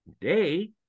Today